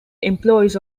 employees